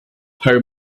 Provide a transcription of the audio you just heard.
her